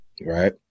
right